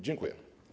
Dziękuję.